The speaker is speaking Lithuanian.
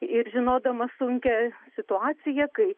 ir žinodamas sunkią situaciją kai